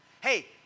Hey